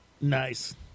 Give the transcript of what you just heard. Nice